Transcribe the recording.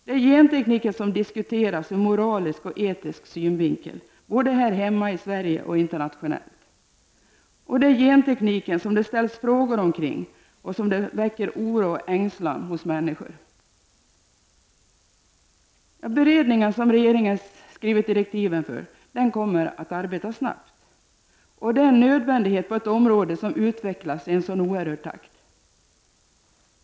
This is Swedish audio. Det är gentekniken som diskuteras ur moralisk och etisk synvinkel, både här hemma i Sverige och internationellt. Det är kring gentekniken det ställs frågor, och det är den som väcker oro och ängslan hos människor. Beredningen, för vilken regeringen har skrivit direktiven, kommer att arbeta snabbt. Det är en nödvändighet på ett område som utvecklas i en sådan oerhört snabb takt.